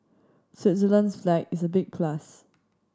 Switzerland's flag is a big plus